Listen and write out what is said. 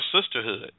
sisterhood